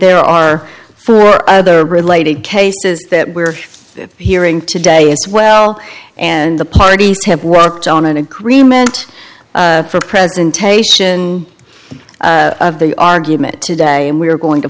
there are four other related cases that we're hearing today as well and the parties have worked on an agreement for a presentation of the argument today and we are going to